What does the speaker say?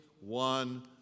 one